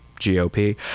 gop